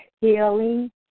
healing